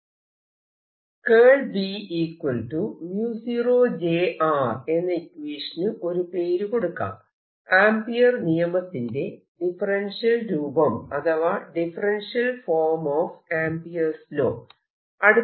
B 0 j എന്ന ഇക്വേഷന് ഒരു പേര് കൊടുക്കാം ആംപിയർ നിയമത്തിന്റെ ഡിഫറെൻഷ്യൽ രൂപം അഥവാ ഡിഫറെൻഷ്യൽ ഫോം ഓഫ് ആംപിയേഴ്സ് ലോdifferential form of Ampere's law